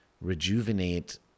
rejuvenate